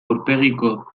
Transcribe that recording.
aurpegiko